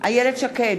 איילת שקד,